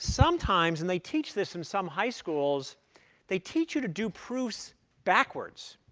sometimes and they teach this in some high schools they teach you to do proofs backwards.